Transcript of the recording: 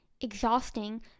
exhausting